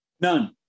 None